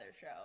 show